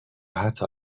حتا